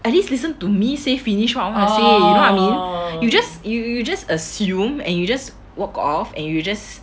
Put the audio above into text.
at least listen to me say finish what I want to say you know what I mean you just you you just assume and you just walk off and you just